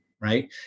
Right